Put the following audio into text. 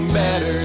better